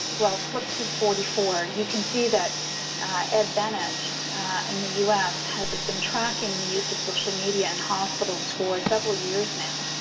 well, flip to forty four. you can see that ed bennett in the u s. has been tracking the social media in hospitals for several years now.